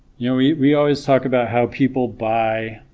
you know we we always talk about how people buy